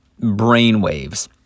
brainwaves